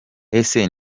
ese